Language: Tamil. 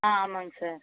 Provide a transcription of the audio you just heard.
ஆ ஆமாம்ங்க சார்